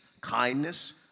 kindness